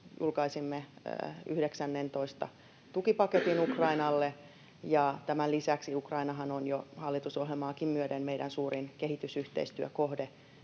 julkaisimme 19. tukipaketin Ukrainalle. Tämän lisäksi Ukrainahan on jo hallitusohjelmaakin myöden meidän suurin kehitysyhteistyökohde